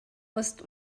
ost